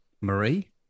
Marie